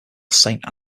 saint